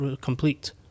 complete